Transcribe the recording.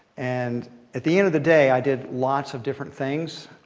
and at the end of the day, i did lots of different things.